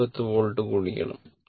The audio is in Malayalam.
√2 310 വോൾട്ട് ഗുണിക്കണം